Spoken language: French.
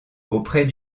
auprès